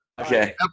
okay